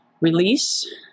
release